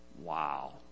Wow